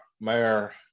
Mayor